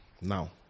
Now